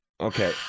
Okay